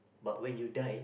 but when you die